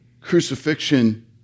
crucifixion